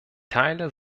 teile